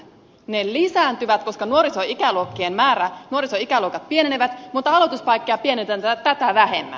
ne lisääntyvät koska nuorisoikäluokat pienenevät mutta aloituspaikkoja pienennetään tätä vähemmän